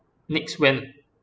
next when